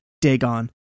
Dagon